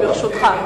ברשותך.